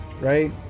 right